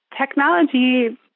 technology